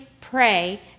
pray